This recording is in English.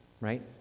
right